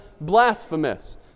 blasphemous